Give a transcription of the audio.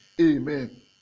Amen